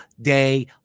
day